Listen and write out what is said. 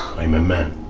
i'm a man